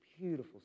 beautiful